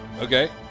Okay